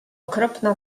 okropna